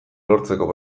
lortzeko